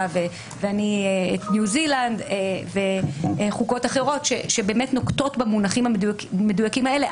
ואני את ניו זילנד וחוקות אחרות שבאמת נוקטות במונחים המדויקים האלה.